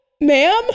Ma'am